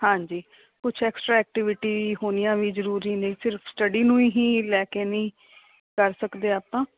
ਹਾਂਜੀ ਕੁਛ extra activity ਹੋਣੀਆਂ ਵੀ ਜ਼ਰੂਰੀ ਨੇ ਫਿਰ ਸਟੱਡੀ ਨੂੰ ਹੀ ਲੈ ਕੇ ਨਹੀਂ ਕਰ ਸਕਦੇ ਆਪਾਂ